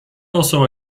also